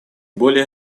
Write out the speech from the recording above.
более